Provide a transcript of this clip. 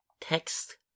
text